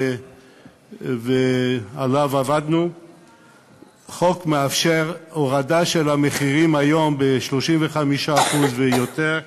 שנוסח ועליו עבדנו מאפשר הורדה של המחירים היום ב-35% ויותר,